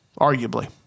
arguably